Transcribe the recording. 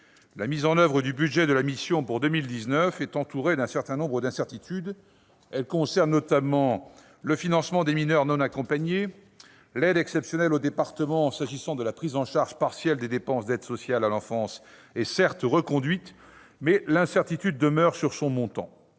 la mise en oeuvre du budget de la mission, pour 2019, est entourée d'un certain nombre d'incertitudes. Elles concernent notamment le financement des mineurs non accompagnés. L'aide exceptionnelle aux départements s'agissant de la prise en charge partielle des dépenses d'aide sociale à l'enfance est certes reconduite, mais l'incertitude demeure sur son montant.